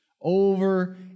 Over